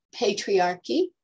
patriarchy